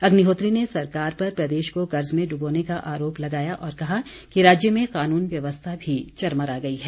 अग्निहोत्री ने सरकार पर प्रदेश को कर्ज में डुबोने का आरोप लगाया और कहा कि राज्य में कानून व्यवस्था भी चरमरा गई है